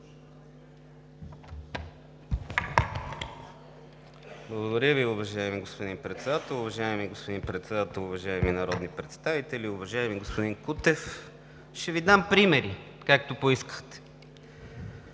Благодаря Ви, уважаеми господин Председател. Уважаеми господин Председател, уважаеми народни представители! Уважаеми господин Кутев, ще Ви дам примери, както поискахте.